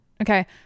okay